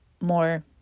more